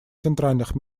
центральных